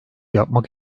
yapmak